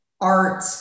art